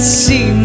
see